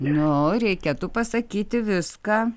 nu reikėtų pasakyti viską